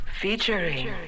featuring